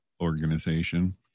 organization